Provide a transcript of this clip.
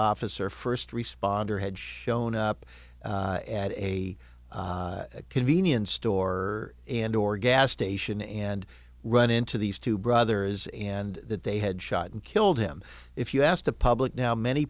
officer first responder had shown up at a convenience store and or gas station and run into these two brothers and that they had shot and killed him if you ask the public now many